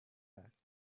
است